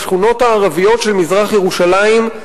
בשכונות הערביות של מזרח-ירושלים,